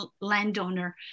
landowner